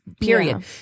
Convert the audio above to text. period